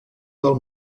del